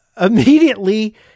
immediately